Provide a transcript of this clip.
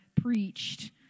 preached